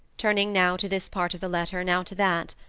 turning now to this part of the letter, now to that.